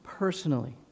personally